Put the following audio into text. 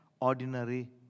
ordinary